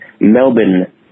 Melbourne